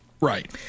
right